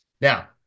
Now